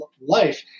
life